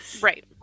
right